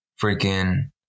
freaking